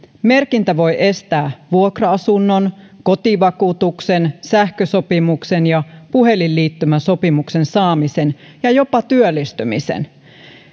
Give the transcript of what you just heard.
merkintä voi estää vuokra asunnon kotivakuutuksen sähkösopimuksen ja puhelinliittymäsopimuksen saamisen ja jopa työllistymisen